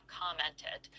commented